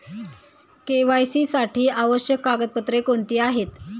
KYC साठी आवश्यक कागदपत्रे कोणती आहेत?